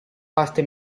parte